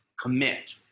commit